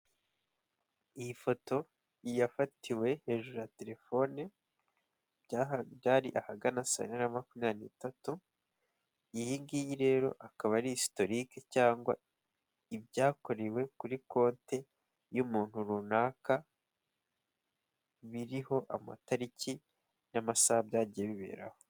Iyi foto yafatiwe hejuru ya telefone, byari ahagana saa yine na makumyabiri n'itatu, iyingiyi rero akaba ari isitorike, cyangwa ibyakorewe kuri konti y'umuntu runaka, biriho amatariki n'amasaha byagiye biberaho.